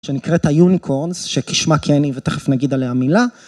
שנקראת היוניקורנס, שכשמה כן היא ותכף נגיד עליה מילה.